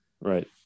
Right